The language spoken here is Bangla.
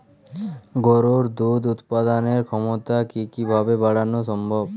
গরুর দুধ উৎপাদনের ক্ষমতা কি কি ভাবে বাড়ানো সম্ভব?